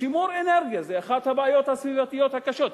ושימור אנרגיה זו אחת הבעיות הסביבתיות הקשות.